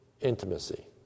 intimacy